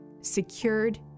secured